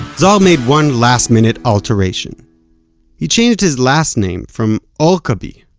zohar made one last-minute alteration he changed his last name from orkabi,